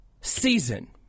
season